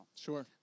Sure